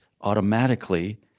automatically